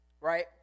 right